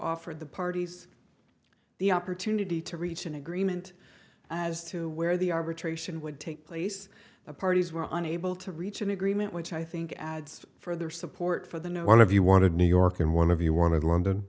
offered the parties the opportunity to reach an agreement as to where the arbitration would take place the parties were unable to reach an agreement which i think adds for their support for the new one of you wanted new york and one of you wanted london